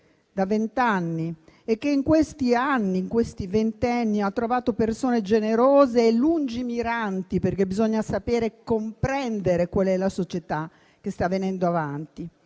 da vent'anni, e che in questo ventennio ha trovato persone generose e lungimiranti, perché bisogna sapere comprendere qual è la società che sta venendo avanti.